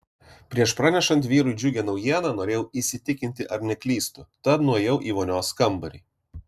prieš pranešant vyrui džiugią naujieną norėjau įsitikinti ar neklystu tad nuėjau į vonios kambarį